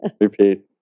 Repeat